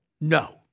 no